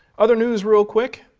other news real quick.